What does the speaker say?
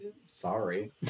sorry